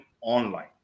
online